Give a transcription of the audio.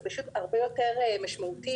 זה פשוט הרבה יותר משמעותי.